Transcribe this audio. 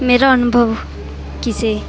ਮੇਰਾ ਅਨੁਭਵ ਕਿਸੇ